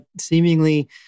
Seemingly